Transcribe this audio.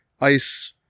ice